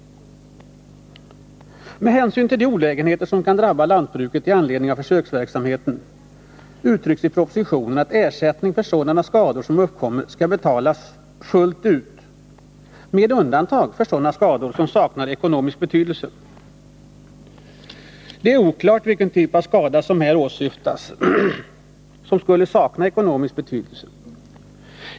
Med hänsyn till de olägenheter som kan drabba lantbruket i anledning av försöksverksamheten uttalas i propositionen att ersättning för skador som uppkommer skall betalas fullt ut, med undantag för sådana skador som saknar ekonomisk betydelse. Det är oklart vilken typ av skada som här anses sakna ekonomisk betydelse.